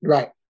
Right